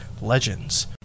Legends